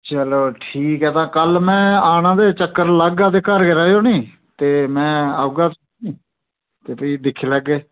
चलो ठीक ऐ तां कल्ल में आना ते चक्कर लागा ते घर गै रवेओ निं ते में औगा ते फ्ही दिक्खी लैगे